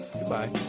Goodbye